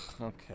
okay